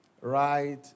right